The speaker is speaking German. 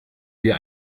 wir